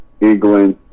England